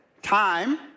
Time